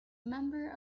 member